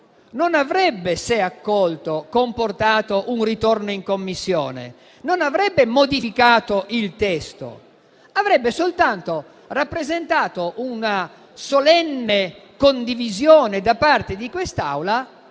non avrebbe comportato un ritorno in Commissione, perché non avrebbe modificato il testo, ma avrebbe soltanto rappresentato una solenne condivisione da parte di quest'Assemblea